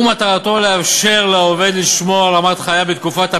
ומטרתו לאפשר לעובד לשמור על רמת חייו בתקופת הפנסיה.